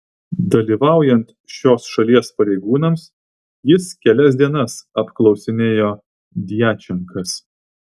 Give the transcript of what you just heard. dalyvaujant šios šalies pareigūnams jis kelias dienas apklausinėjo djačenkas